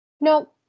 No